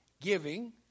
giving